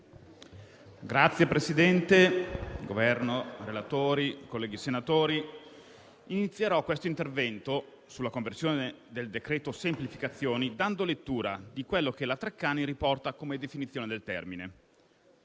rappresentante del Governo, relatori e colleghi senatori, inizierò questo intervento sulla conversione del cosiddetto decreto semplificazioni dando lettura di quello che la Treccani riporta come definizione del termine: